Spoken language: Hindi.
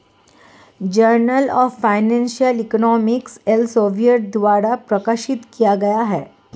journal of financial economics Elsevier द्वारा प्रकाशित किया गया हैं